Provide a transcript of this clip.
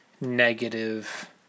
negative